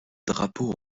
drapeau